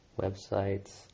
websites